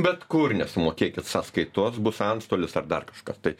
bet kur nesumokėkit sąskaitos bus antstolis ar dar kažkas tai